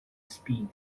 speed